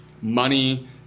money